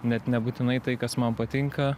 net nebūtinai tai kas man patinka